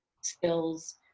skills